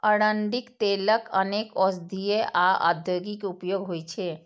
अरंडीक तेलक अनेक औषधीय आ औद्योगिक उपयोग होइ छै